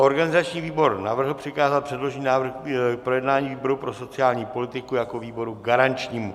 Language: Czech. Organizační výbor navrhl přikázat předložený návrh k projednání výboru pro sociální politiku jako výboru garančnímu.